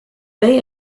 many